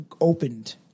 opened